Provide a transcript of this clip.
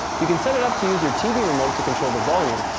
you can set it up to use your tv remote to control the volume,